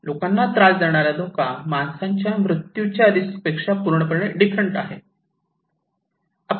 लोकांना त्रास देणारा धोका माणसांच्या मृत्यूच्या रिस्क पेक्षा पूर्णपणे डिफरंट आहे